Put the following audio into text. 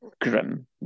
grim